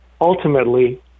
ultimately